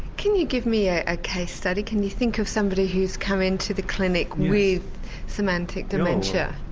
can you give me a case study, can you think of somebody who's come into the clinic with semantic dementia?